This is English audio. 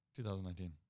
2019